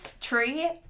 Tree